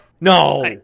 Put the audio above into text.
No